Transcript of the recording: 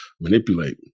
manipulate